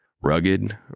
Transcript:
Rugged